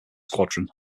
squadron